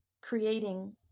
creating